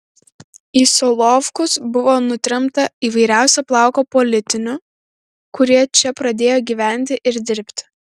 į solovkus buvo nutremta įvairiausio plauko politinių kurie čia pradėjo gyventi ir dirbti